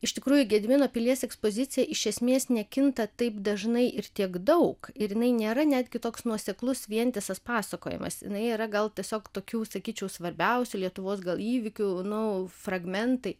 iš tikrųjų gedimino pilies ekspozicija iš esmės nekinta taip dažnai ir tiek daug ir jinai nėra netgi toks nuoseklus vientisas pasakojimas jinai yra gal tiesiog tokių sakyčiau svarbiausių lietuvos gal įvykių nu fragmentai